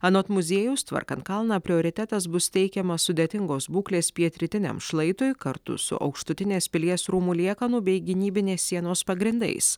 anot muziejaus tvarkant kalną prioritetas bus teikiamas sudėtingos būklės pietrytiniam šlaitui kartu su aukštutinės pilies rūmų liekanų bei gynybinės sienos pagrindais